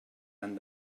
han